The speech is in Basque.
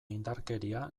indarkeria